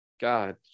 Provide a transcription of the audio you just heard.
god